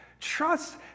Trust